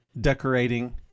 decorating